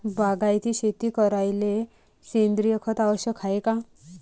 बागायती शेती करायले सेंद्रिय खत आवश्यक हाये का?